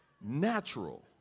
natural